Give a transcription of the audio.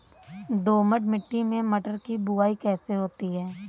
दोमट मिट्टी में मटर की बुवाई कैसे होती है?